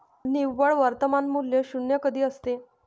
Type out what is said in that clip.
निव्वळ वर्तमान मूल्य शून्य कधी असते?